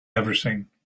everything